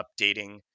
updating